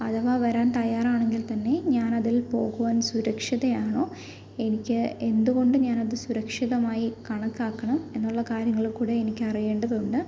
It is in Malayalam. അഥവാ വരാൻ തയ്യാറാണെങ്കിൽ തന്നെ ഞാൻ അതിൽ പോകുവാൻ സുരക്ഷിതയാണോ എനിക്ക് എന്ത് കൊണ്ട് ഞാനത് സുരക്ഷിതമായി കണക്കാക്കണം എന്നുള്ള കാര്യങ്ങൾ കൂടെ എനിക്കറിയേണ്ടതുണ്ട്